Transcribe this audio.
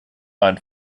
ein